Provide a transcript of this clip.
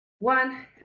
One